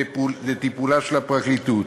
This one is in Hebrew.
לטיפולה של הפרקליטות,